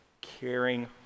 caring